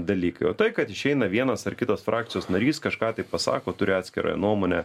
dalykai o tai kad išeina vienas ar kitas frakcijos narys kažką tai pasako turi atskirąją nuomonę